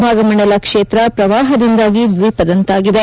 ಭಾಗಮಂಡಲ ಕ್ಷೇತ್ರ ಪ್ರವಾಹದಿಂದಾಗಿ ದ್ವೀಪದಂತಾಗಿದೆ